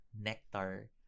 Nectar